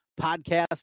podcast